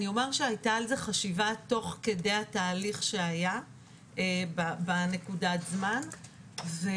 אני אומר שהייתה על זה חשיבה תוך כדי התהליך שהיה בנקודת הזמן ואנחנו